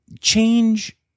Change